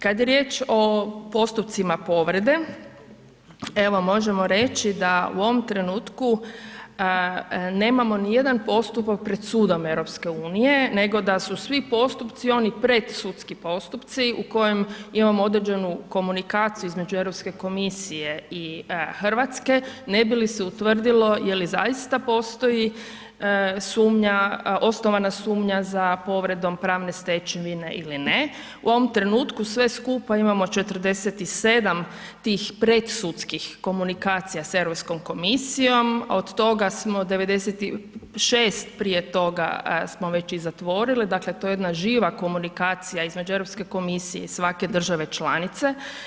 Kad je riječ o postupcima povrede, evo možemo reći da u ovom trenutku nemamo nijedan postupak pred sudom EU, nego da su svi oni postupci predsudski postupci u kojem imamo određenu komunikaciju između Europske komisije i RH ne bi li se utvrdilo je li zaista postoji sumnja, osnovana sumnja za povredom pravne stečevine ili ne, u ovom trenutku sve skupa imamo 47 tih predsudskih komunikacija s Europskom komisijom, a od toga smo 96 prije toga smo već i zatvorili, dakle to je jedna živa komunikacija između Europske komisije i svake države članice.